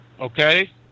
Okay